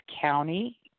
County